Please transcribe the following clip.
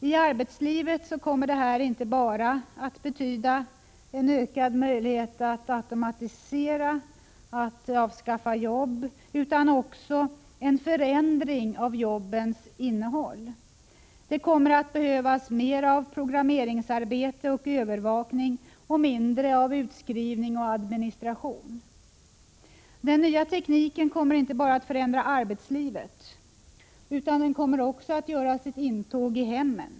I arbetslivet kommer detta att betyda inte bara en ökad möjlighet att automatisera, att avskaffa jobb, utan också en förändring av jobbens innehåll. Det kommer att behövas mer av programmeringsarbete och övervakning och mindre av utskrivning och administration. Den nya tekniken kommer inte bara att förändra arbetslivet, utan den kommer också att göra sitt intåg i hemmen.